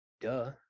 duh